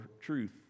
truth